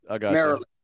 Maryland